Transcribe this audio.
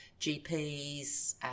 gps